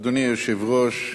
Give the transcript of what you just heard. אדוני היושב-ראש,